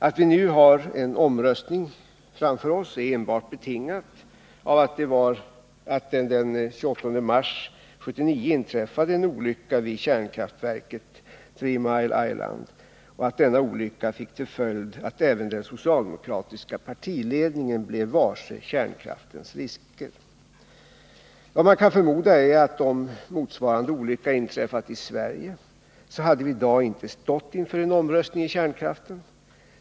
Att vi nu har en omröstning framför oss är enbart betingat av att det den 28 mars 1979 inträffade en olycka vid kärnkraftverket Three Mile Island och att denna olycka fick till följd att även den socialdemokratiska partiledningen blev varse kärnkraftens risker. Vad man kan förmoda är att om motsvarande olycka inträffat i Sverige, så hade vi i dag inte stått inför en omröstning om kärnkraften.